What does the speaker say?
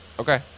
Okay